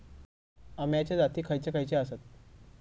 अम्याचे जाती खयचे खयचे आसत?